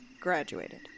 graduated